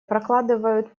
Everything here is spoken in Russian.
прокладывают